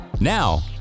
Now